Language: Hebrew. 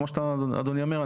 כמו שאדוני אומר,